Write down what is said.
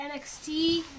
NXT